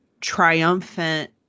triumphant